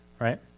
right